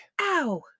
Ow